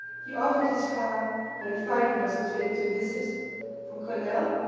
he offered his car when feynman was persuaded to visit from cornell.